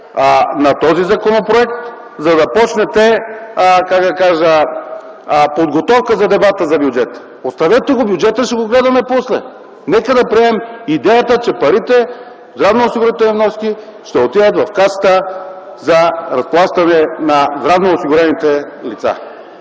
на този законопроект, за да започне, как да кажа, подготовката за дебата за бюджета. Оставете бюджета, ще го гледаме после. Нека да приемем идеята, че парите за здравноосигурителни вноски ще отидат в Касата за разплащане на здравноосигурените лица.